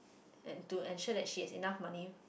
and to ensure that she has enough money